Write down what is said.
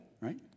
right